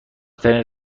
ترین